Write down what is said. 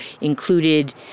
included